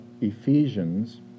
Ephesians